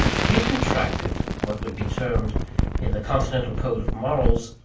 he had contracted, what would be termed in the continental code of morals,